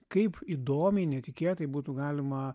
kaip įdomiai netikėtai būtų galima